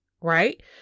right